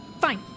fine